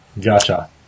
Gotcha